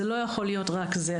זה לא יכול להיות רק זה.